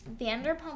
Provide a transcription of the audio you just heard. Vanderpump